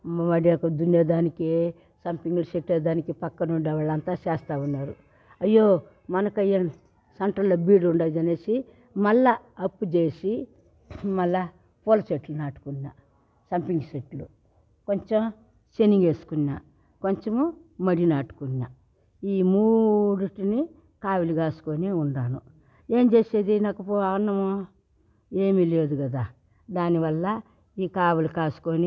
వరి అంతా దున్నే దానికి సంపంగి చెట్టు దానికి పక్కన ఉండేవాళ్లు అంతా చేస్తా ఉన్నారు అయ్యో మన కైలు సెంటర్లో బీడీ ఉండాది అనేసి మళ్ళా అప్పు చేసి మళ్ళా పూల చెట్లు నాటుకున్న సంపంగి చెట్లు కొంచెం చెనుగు వేసుకున్న కొంచము వరి నాటుకున్న ఈ మూడిటిని కావిలి కాసుకొని ఉన్నాను ఏం చేసేది నాకు అన్నము ఏమీ లేదు కదా దానివల్ల ఈ కావిలి కాసుకొని